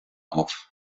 auf